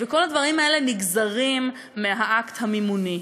וכל הדברים האלה נגזרים מהאקט המימוני.